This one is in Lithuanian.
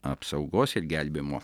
apsaugos ir gelbėjimo